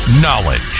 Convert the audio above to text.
Knowledge